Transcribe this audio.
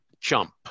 jump